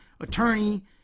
attorney